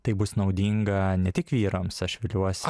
tai bus naudinga ne tik vyrams aš viliuosi